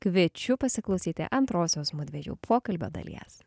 kviečiu pasiklausyti antrosios mudviejų pokalbio dalies